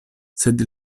sed